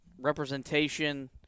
representation